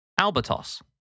Albatos